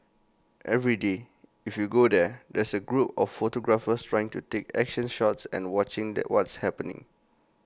every day if you go there there's A group of photographers trying to take action shots and watching the what's happening